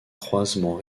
croisements